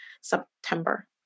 September